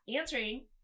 answering